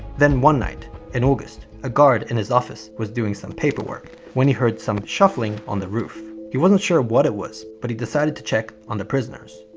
then one night in august, a guard in his office was doing some paperwork when he heard some shuffling on the roof. he wasn't sure what it was, but he decided to check on the prisoners.